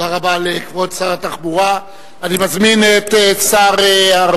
תודה רבה לכבוד שר התחבורה.